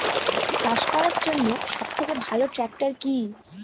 চাষ করার জন্য সবথেকে ভালো ট্র্যাক্টর কি?